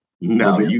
No